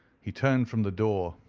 he turned from the door,